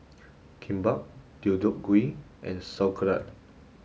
Kimbap Deodeok Gui and sauerkraut